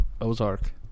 Ozark